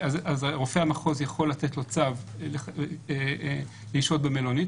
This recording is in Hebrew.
אז רופא המחוז יכול לתת לו צו לשהות במלונית.